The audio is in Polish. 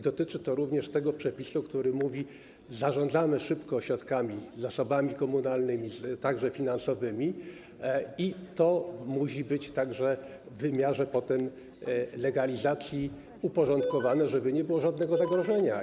Dotyczy to również tego przepisu, który mówi: zarządzamy szybko środkami, zasobami komunalnymi, także finansowymi, i to musi być potem także w wymiarze legalizacji uporządkowane, żeby nie było żadnego zagrożenia.